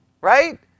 right